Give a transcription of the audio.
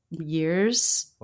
Years